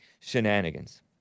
Shenanigans